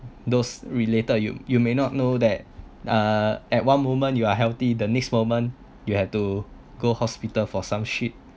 those related you you may not know that uh at one moment you are healthy the next moment you have to go hospital for some shit